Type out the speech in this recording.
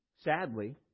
sadly